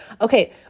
Okay